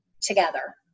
together